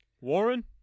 Warren